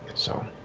so